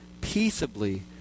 peaceably